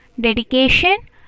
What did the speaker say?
dedication